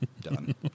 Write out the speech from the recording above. Done